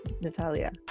Natalia